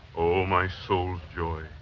o my soul's joy!